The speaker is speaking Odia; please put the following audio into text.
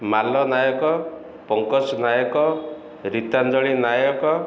ମାଲ ନାୟକ ପଙ୍କଜ ନାୟକ ରିତାଞ୍ଜଳି ନାୟକ